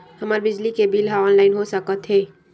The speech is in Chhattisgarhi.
हमर बिजली के बिल ह ऑनलाइन हो सकत हे?